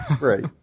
Right